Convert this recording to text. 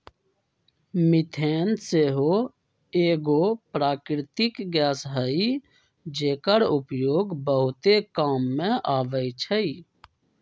methane सेहो एगो प्राकृतिक गैस हई जेकर उपयोग बहुते काम मे अबइ छइ